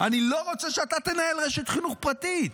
אני לא רוצה שאתה תנהל רשת חינוך פרטית.